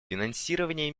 финансирование